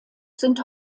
sind